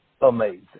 amazing